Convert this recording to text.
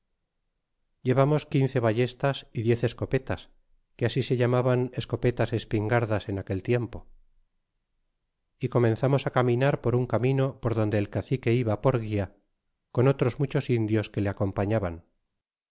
llevamos quince ballestas y diez escopetas que así se llamaban escopetas y espingardas en aquel tiempo y comenzamos caminar por un camino por donde el cacique iba por gula con otros muchos indios que le acompañaban